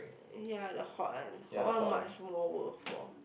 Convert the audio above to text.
ya the hot one hot one much more worth for